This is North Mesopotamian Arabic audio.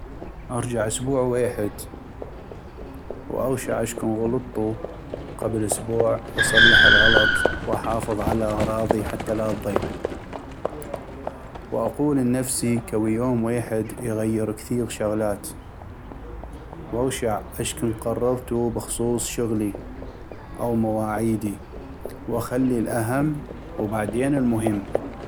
ارجع أسبوع ويحد واغشع اش كن غلطو قبل اسبوع واصلح الغلط واحافظ على أغراضي حتى لا تضيع واقول ال نفسي كوي يوم ويحد يغير كثيغ شغلات ، واغشع اش كن قررتو بخصوص شغلي أو مواعيدي واخلي الأهم وبعدين المهم